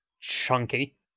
chunky